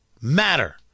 matter